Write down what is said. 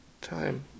time